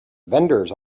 vendors